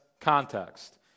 context